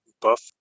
buff